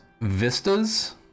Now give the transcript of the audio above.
vistas